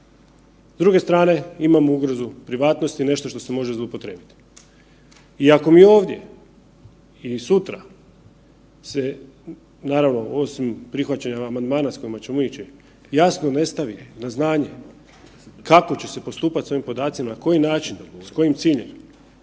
S druge strane imamo ugrozu privatnosti, nešto što se može zloupotrijebiti i ako mi ovdje ili sutra se naravno osim prihvaćanja amandmana s kojima ćemo ići, jasno ne stavi na znanje kako će se postupati s ovim podacima, na koji način, s kojim ciljem,